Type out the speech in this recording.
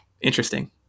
interesting